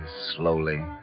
slowly